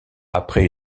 après